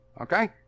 okay